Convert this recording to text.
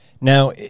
now